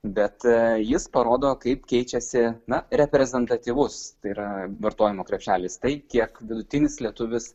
bet jis parodo kaip keičiasi na reprezentatyvus tai yra vartojimo krepšelis tai kiek vidutinis lietuvis